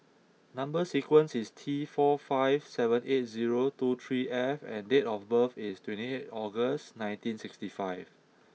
number sequence is T four five seven eight zero two three F and date of birth is twenty eight August nineteen sixty five